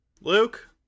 luke